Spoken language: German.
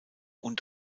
und